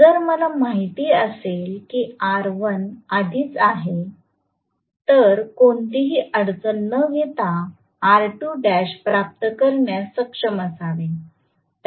जर मला माहित असेल की R1 आधीच आहे तर कोणतीही अडचण न घेता R2l प्राप्त करण्यास सक्षम असावे